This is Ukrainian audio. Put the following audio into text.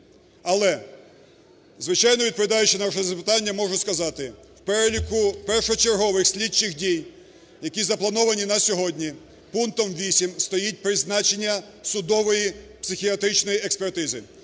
Але, звичайно, відповідаючи на ваше запитання, можу сказати. В переліку першочергових слідчих дій, які заплановані на сьогодні пунктом 8, стоїть призначення судової психіатричної експертизи.